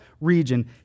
region